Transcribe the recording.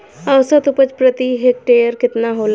औसत उपज प्रति हेक्टेयर केतना होला?